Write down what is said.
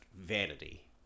vanity